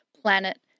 planet